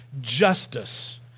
justice